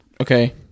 Okay